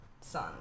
sun